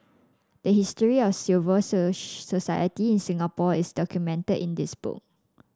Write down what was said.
the history of civil society in Singapore is documented in this book